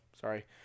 sorry